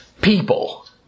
people